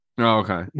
Okay